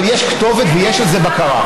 אבל יש כתובת ויש על זה בקרה.